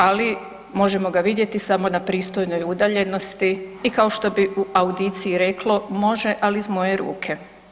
Ali možemo ga vidjeti samo na pristojnoj udaljenosti i kao što bi u audiciji reklo, „može ali iz moje ruke“